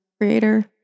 creator